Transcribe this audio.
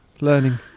learning